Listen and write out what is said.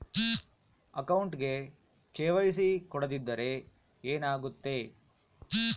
ಅಕೌಂಟಗೆ ಕೆ.ವೈ.ಸಿ ಕೊಡದಿದ್ದರೆ ಏನಾಗುತ್ತೆ?